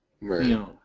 Right